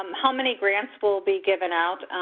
um how many grants will be given out?